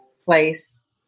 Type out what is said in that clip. place